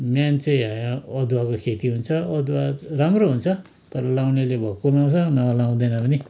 main चाहिँ अदुवाको खेती हुन्छ अदुवा राम्रो हुन्छ तर लगाउनेले भक्कु लगाउँछ नभए लगाउँदैन पनि